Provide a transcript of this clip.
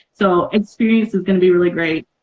so experience is gonna be really great